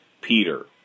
Peter